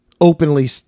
openly